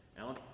Alan